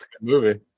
movie